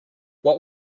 what